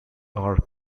are